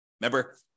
Remember